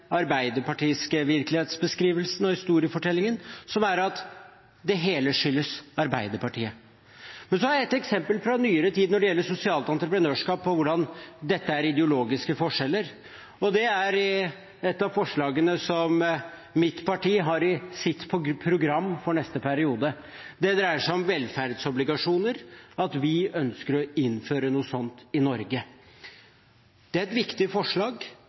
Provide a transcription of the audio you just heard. «arbeiderpartiske» virkelighetsbeskrivelsen og historiefortellingen, som er at det hele skyldes Arbeiderpartiet. Jeg har et eksempel fra nyere tid når det gjelder sosialt entreprenørskap, om hvordan dette er ideologiske forskjeller. Det er i et av forslagene som mitt parti har i sitt program for neste periode. Det dreier seg om velferdsobligasjoner, at vi ønsker å innføre noe sånt i Norge. Det er et viktig forslag,